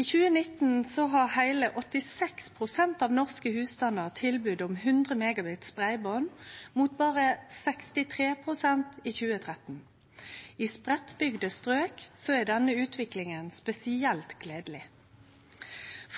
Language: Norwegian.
I 2019 hadde heile 86 pst. av norske husstandar tilbod om 100 Mbit/s breiband, mot berre 63 pst. i 2013. I spreiddbygde strøk er denne utviklinga spesielt gledeleg.